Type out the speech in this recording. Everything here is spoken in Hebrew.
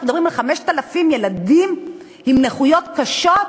אנחנו מדברים על 5,000 ילדים עם נכויות קשות,